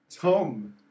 Tom